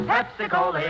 Pepsi-Cola